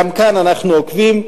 גם כאן אנחנו עוקבים.